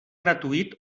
gratuït